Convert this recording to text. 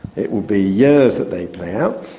it will be years that they play out,